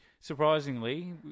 surprisingly